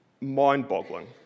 mind-boggling